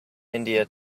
india